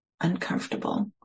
uncomfortable